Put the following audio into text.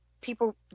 People